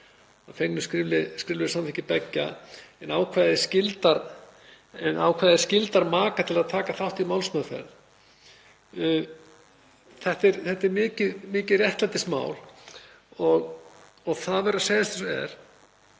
að fengnu skriflegu samþykki beggja, en ákvæðið skyldar maka til að taka þátt í málsmeðferð. Þetta er mikið réttlætismál og það verður að segjast